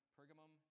Pergamum